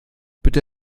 bitte